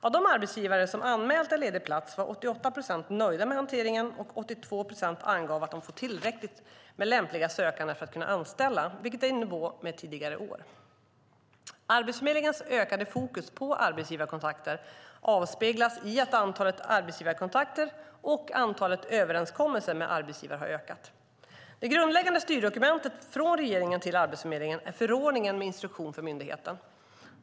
Av de arbetsgivare som anmält en ledig plats var 88 procent nöjda med hanteringen och 82 procent angav att de fått tillräckligt med lämpliga sökande för att kunna anställa, vilket är i nivå med tidigare år. Arbetsförmedlingens ökade fokus på arbetsgivarkontakter avspeglas i att antalet arbetsgivarkontakter och antalet överenskommelser med arbetsgivare har ökat. Det grundläggande styrdokumentet från regeringen till Arbetsförmedlingen är förordningen med instruktion för myndigheten.